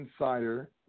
Insider